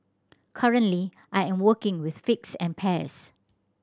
currently I am working with figs and pears